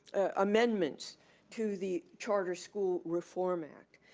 amendments to the charter school reform act.